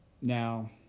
now